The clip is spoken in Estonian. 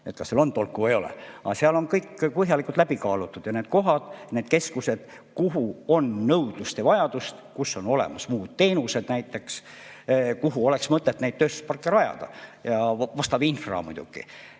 kas sellest on tolku või ei ole. Aga seal on kõik põhjalikult läbi kaalutud ja need kohad, need keskused, kuhu on nõudlust ja vajadust, kus on olemas muud teenused ja kuhu oleks mõtet neid tööstusparke rajada, ja vastav infra muidugi.